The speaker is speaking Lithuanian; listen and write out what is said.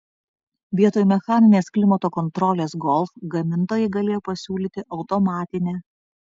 vietoj mechaninės klimato kontrolės golf gamintojai galėjo pasiūlyti automatinę